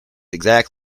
exact